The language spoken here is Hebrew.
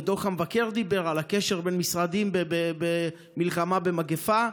ודוח המבקר דיבר על הקשר בין משרדים במלחמה במגפה.